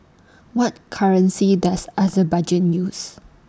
What currency Does Azerbaijan use